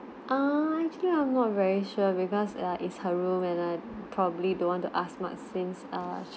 ah actually I'm not very sure because err it's her room and I probably don't want to ask much since err sh~